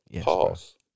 Pause